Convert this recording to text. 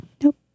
Nope